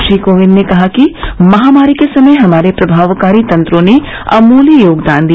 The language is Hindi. श्री कोविंद ने कहा कि महामारी के समय हमारे प्रभावकारी तंत्रों ने अमूल्य योगदान दिया